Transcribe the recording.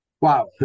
Wow